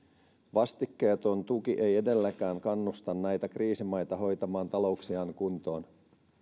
vastikkeeton tuki ei edelleenkään kannusta näitä kriisimaita hoitamaan talouksiaan kuntoon